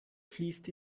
fließt